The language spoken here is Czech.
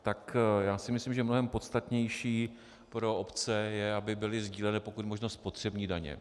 Tak já si myslím, že mnohem podstatnější pro obce je, aby byly sdíleny pokud možno spotřební daně.